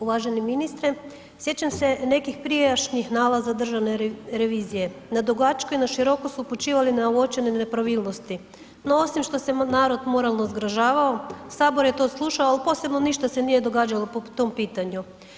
Uvaženi ministre, sjećam se nekih prijašnjih nalaza državne revizije, nadugačko i naširoko su upućivali na uočene nepravilnosti, no osim što se narod moralno zgražavao sabor je to slušao ali posebno ništa se nije događalo po tom pitanju.